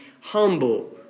humble